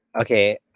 Okay